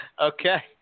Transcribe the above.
Okay